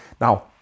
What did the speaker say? Now